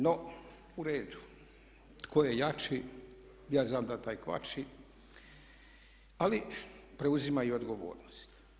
No, u redu tko je jači ja znam da taj kvači, ali preuzima i odgovornost.